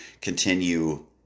continue